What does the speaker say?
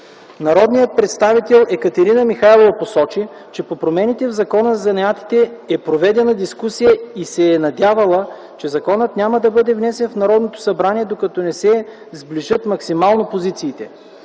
Народният представител Екатерина Михайлова посочи, че по промените в Закона за занаятите е проведена дискусия и се е надявала, че законът няма да бъде внесен в Народното събрание докато не се сближат максимално позициите.